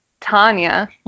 Tanya